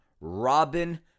Robin